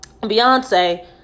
Beyonce